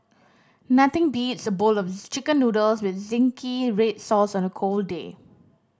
nothing beats a bowl of chicken noodles with zingy red sauce on a cold day